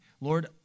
Lord